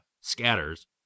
scatters